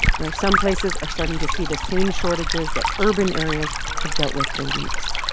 where some places are starting to see the same shortages that urban areas have dealt with for weeks.